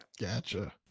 Gotcha